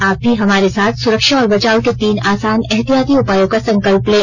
आप भी हमारे साथ सुरक्षा और बचाव के तीन आसान एहतियाती उपायों का संकल्प लें